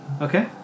Okay